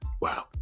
Wow